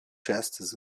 chests